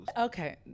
Okay